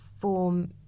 form